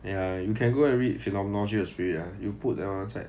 ya you can go and read phenomenology of spirit